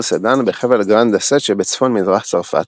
סדאן בחבל גראנד אסט שבצפון מזרח צרפת.